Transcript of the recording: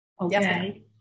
okay